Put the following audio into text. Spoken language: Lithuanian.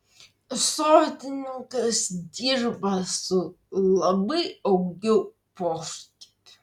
sodininkas dirba su labai augiu poskiepiu